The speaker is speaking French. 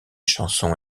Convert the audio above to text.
chanson